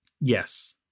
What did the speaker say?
Yes